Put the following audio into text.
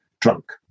drunk